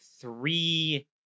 three